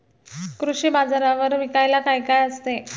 कृषी बाजारावर विकायला काय काय असते?